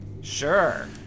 Sure